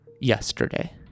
yesterday